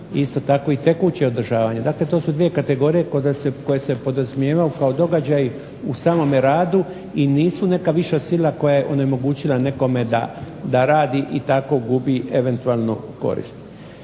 Isto tako i tekuće održavanje. Dakle, to su dvije kategorije koje se podrazumijevaju kao događaj u samome radu i nisu neka viša sila koja je onemogućila nekome da radi i tako gubi eventualnu korist.